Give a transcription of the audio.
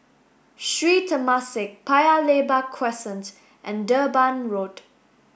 Sri Temasek Paya Lebar Crescent and Durban Road